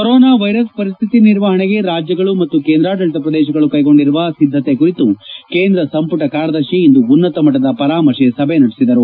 corona virus ಪರಿಸ್ತಿತಿ ನಿರ್ವಹಣೆಗೆ ರಾಜ್ಯಗಳು ಮತ್ತು ಕೇಂದ್ರಾಡಳಿತ ಪ್ರದೇಶಗಳು ಕೈಗೊಂಡಿರುವ ಸಿದ್ಗತೆ ಕುರಿತು ಕೇಂದ್ರ ಸಂಪುಟ ಕಾರ್ಯದರ್ಶಿ ಇಂದು ಉನ್ನತ ಮಟ್ನದ ಪರಾಮರ್ಶೆ ಸಭೆ ನಡೆಸಿದರು